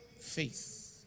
faith